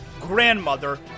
grandmother